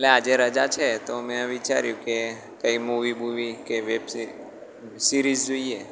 એટલે આજે રજા છે તો મેં વિચાર્યું કે કંઈ મૂવી બૂવી કે વેબ સીરિઝ જોઈએ